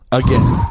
again